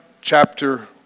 chapter